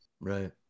Right